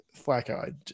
Flacco